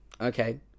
Okay